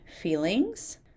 feelings